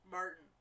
Martin